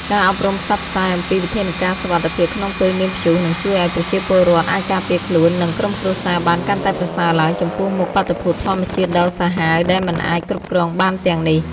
ការអប់រំផ្សព្វផ្សាយអំពីវិធានការសុវត្ថិភាពក្នុងពេលមានព្យុះ នឹងជួយឱ្យប្រជាពលរដ្ឋអាចការពារខ្លួន និងក្រុមគ្រួសារបានកាន់តែប្រសើរឡើង ចំពោះមុខបាតុភូតធម្មជាតិដ៏សាហាវដែលមិនអាចគ្រប់គ្រងបានទាំងនេះ។